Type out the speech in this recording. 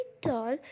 tall